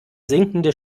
sinkende